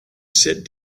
sit